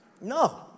No